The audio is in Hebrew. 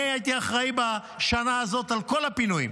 אני הייתי אחראי בשנה הזאת לכל הפינויים